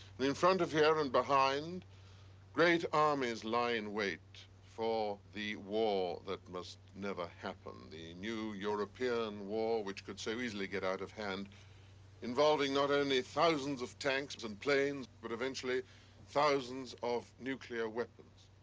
in front of here and behind great armies lie in wait for the war that must never happen. the new european war which could so easily get out of hand involving not only thousands of tanks but and planes, but eventually thousands of nuclear weapons.